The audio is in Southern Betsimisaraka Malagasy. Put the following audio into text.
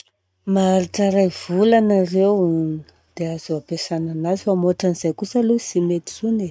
Maharitra iray volana reo, dia azo ampiasana anazy fa mihoatra an'izay kosa aloha tsy mety intsony e.